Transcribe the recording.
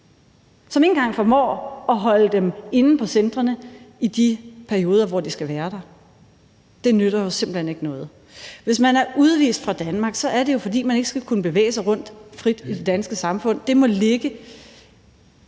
som ikke engang formår at holde dem inde på centrene i de perioder, hvor de skal være der. Det nytter jo simpelt hen ikke noget. Hvis man er udvist fra Danmark, er det jo, fordi man ikke skal kunne bevæge sig rundt frit i det danske samfund. Det må ligge